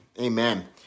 Amen